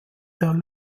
der